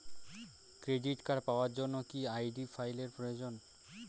Credit card পাওয়ার জন্য কি আই.ডি ফাইল এর প্রয়োজন?